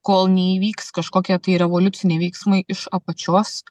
kol neįvyks kažkokie tai revoliuciniai veiksmai iš apačios